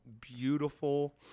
beautiful